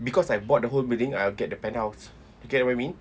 because I bought the whole building I'll get the penthouse you get what I mean